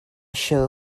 show